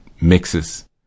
mixes